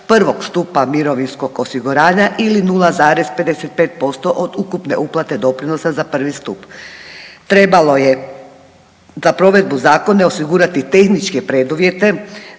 prvog stupa mirovinskog osiguranja ili 0,55% od ukupne uplate doprinosa za prvi stup. Trebalo je za provedbu zakona osigurati tehničke preduvjete